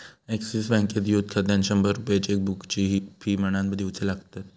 axis बँकेत youth खात्यात शंभर रुपये चेकबुकची फी म्हणान दिवचे लागतत